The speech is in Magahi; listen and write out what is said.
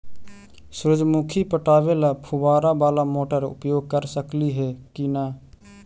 सुरजमुखी पटावे ल फुबारा बाला मोटर उपयोग कर सकली हे की न?